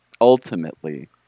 Ultimately